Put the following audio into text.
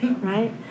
right